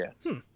Yes